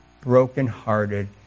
broken-hearted